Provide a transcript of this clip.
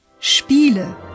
spiele